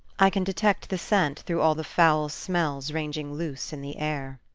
i can detect the scent through all the foul smells ranging loose in the air.